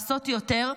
לעשות יותר.